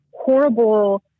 horrible